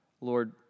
Lord